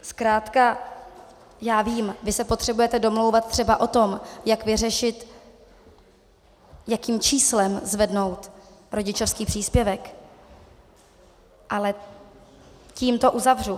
Zkrátka já vím, vy se potřebujete domlouvat třeba o tom, jak vyřešit, jakým číslem zvednout rodičovský příspěvek, ale tím to uzavřu.